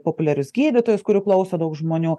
populiarius gydytojus kurių klauso daug žmonių